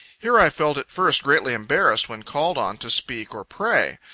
here i felt at first greatly embarrassed when called on to speak or pray.